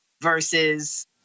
versus